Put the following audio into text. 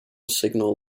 signal